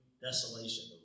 desolation